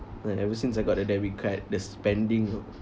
and ever since I got the debit card the spending